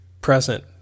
present